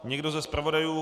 Někdo ze zpravodajů?